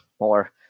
more